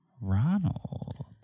Ronald